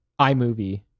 iMovie